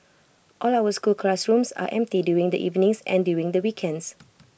all our school classrooms are empty during the evenings and during the weekends